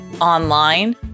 online